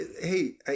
hey